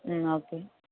okay